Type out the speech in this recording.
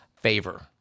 favor